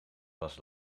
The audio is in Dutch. pas